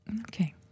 Okay